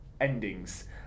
endings